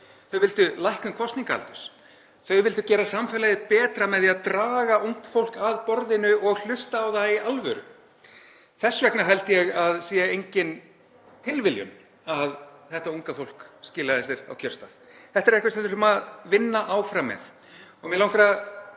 Þau vildu lækkun kosningaaldurs. Þau vildu gera samfélagið betra með því að draga ungt fólk að borðinu og hlusta á það í alvöru. Þess vegna held ég að það sé engin tilviljun að þetta unga fólk skilaði sér á kjörstað. Þetta er eitthvað sem við þurfum að vinna áfram með.